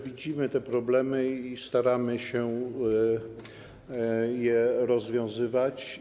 Widzimy te problemy i staramy się je rozwiązywać.